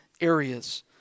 areas